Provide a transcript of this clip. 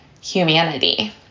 humanity